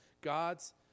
God's